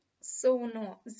sono